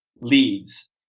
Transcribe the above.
leads